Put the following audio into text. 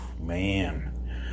Man